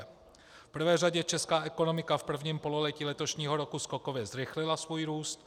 V prvé řadě česká ekonomika v prvním pololetí letošního roku skokově zrychlila svůj růst.